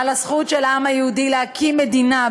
ניגשים להצבעה.